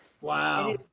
wow